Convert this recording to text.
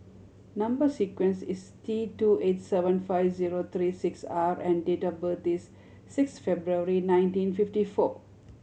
number sequence is T two eight seven five zero three six R and date of birth is six February nineteen fifty four